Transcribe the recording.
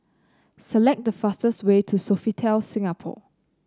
select the fastest way to Sofitel Singapore